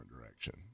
direction